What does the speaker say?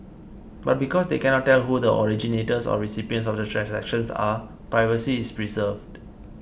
but because they cannot tell who the originators or recipients of the transactions are privacy is preserved